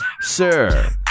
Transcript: Sir